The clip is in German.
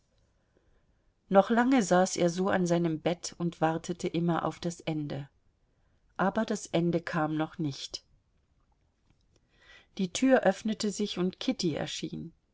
noch lange saß er so an seinem bett und wartete immer auf das ende aber das ende kam noch nicht die tür öffnete sich und kitty erschien